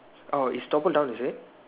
orh its toppled down is it